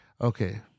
Okay